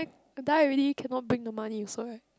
die already cannot bring the money also right